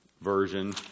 version